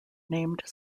named